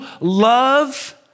love